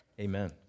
Amen